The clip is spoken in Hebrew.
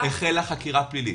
-- שינוי: החלה חקירה פלילית,